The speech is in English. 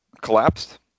collapsed